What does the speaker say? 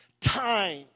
time